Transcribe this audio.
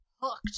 hooked